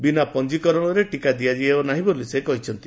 ବିନା ପଞୀକରଣରେ ଟିକା ଦିଆଯିବ ନାହିଁ ବୋଲି ସେ କହିଛନ୍ତି